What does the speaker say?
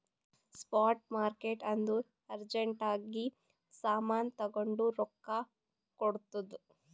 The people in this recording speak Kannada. ಸ್ಪಾಟ್ ಮಾರ್ಕೆಟ್ ಅಂದುರ್ ಅರ್ಜೆಂಟ್ ಆಗಿ ಸಾಮಾನ್ ತಗೊಂಡು ರೊಕ್ಕಾ ಕೊಡ್ತುದ್